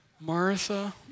Martha